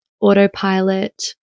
autopilot